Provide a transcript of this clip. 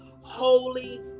holy